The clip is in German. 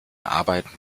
arbeiten